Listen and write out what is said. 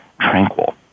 tranquil